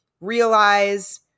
realize